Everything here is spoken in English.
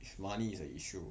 if money is a issue